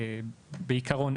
בעיקרון,